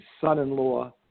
son-in-law